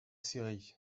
série